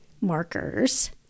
markers